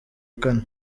kane